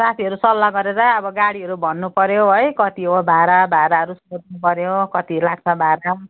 साथीहरू सल्लाह गरेर अब गाडीहरू भन्नुपऱ्यो है कति हो भाडा भाडाहरू सोध्नुपऱ्यो कति लाग्छ भाडा